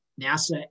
NASA